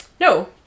No